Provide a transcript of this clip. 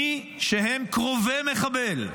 מי שהם קרובי מחבל,